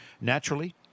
naturally